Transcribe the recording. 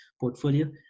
portfolio